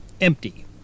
empty